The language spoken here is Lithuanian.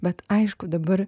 bet aišku dabar